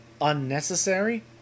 Unnecessary